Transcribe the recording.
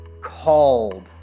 called